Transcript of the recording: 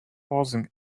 pausing